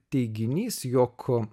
teiginys jog